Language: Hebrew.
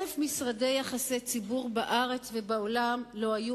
אלף משרדי יחסי ציבור בארץ ובעולם לא היו